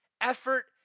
effort